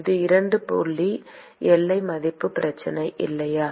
இது 2 புள்ளி எல்லை மதிப்பு பிரச்சனை இல்லையா